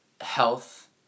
health